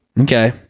Okay